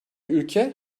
ülke